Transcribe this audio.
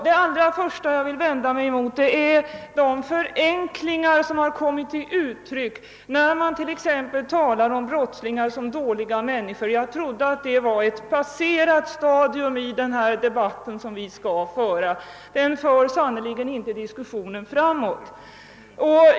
Jag vill först vända mig mot den förenkling som kommer till uttryck när man talar om brottslingar som dåliga människor. Jag trodde att detta tillhörde ett passerat stadium. Det för sannerligen heller inte diskussionen framåt.